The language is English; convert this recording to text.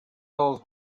those